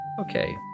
Okay